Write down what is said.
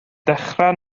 dechrau